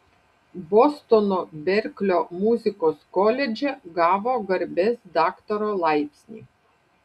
bostono berklio muzikos koledže gavo garbės daktaro laipsnį